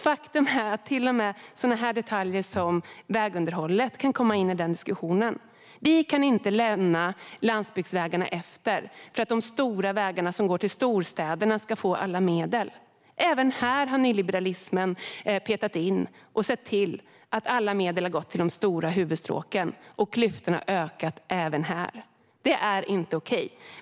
Faktum är att till och med sådana detaljer som vägunderhållet kan komma in i denna diskussion. Vi kan inte eftersätta landsbygdsvägarna för att de stora vägarna som går till storstäderna ska få alla medel. Även här har nyliberalismen sett till att alla medel har gått till de stora huvudstråken, och klyftorna har ökat även här. Det är inte okej.